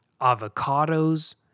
avocados